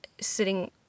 sitting